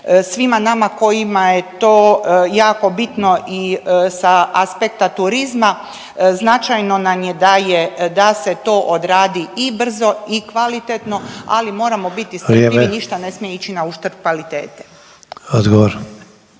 svima nama kojima je to jako bitno i sa aspekta turizma. Značajno nam je da je, da se to odradi i brzo i kvalitetno, ali moramo biti strpljivi …/Upadica: Vrijeme./… i ništa ne smije ići na uštrb kvalitete.